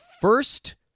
first